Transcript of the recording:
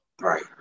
Right